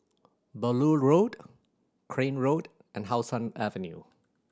Beaulieu Road Crane Road and How Sun Avenue